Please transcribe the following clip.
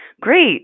Great